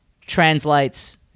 translates